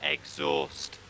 Exhaust